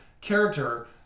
character